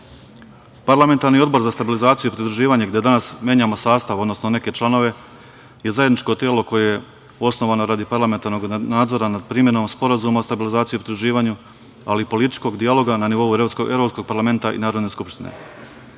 odgovornost. Parlamentarni odbor za stabilizaciju i pridruživanje, gde danas menjamo sastav, odnosno neke članove je zajedničko telo koje je osnovano radi parlamentarnog nadzora nad primenom Sporazuma o stabilizaciji i pridruživanju, ali i političkog dijaloga na nivou Evropskog parlamenta i Narodne